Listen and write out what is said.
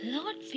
Lord